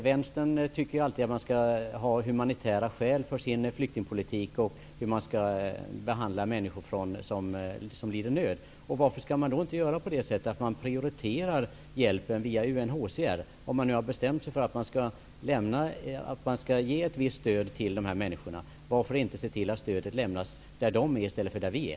Vänstern tycker ju alltid att flyktingpolitiken och behandlingen av människor som lider nöd skall baseras på humanitära skäl. Varför skall man då inte prioritera hjälpen via UNHCR, om man nu har bestämt sig för att ge ett visst stöd till dessa människor? Varför inte se till att stödet lämnas där de människorna är, i stället för där vi är?